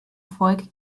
volk